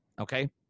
okay